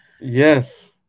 Yes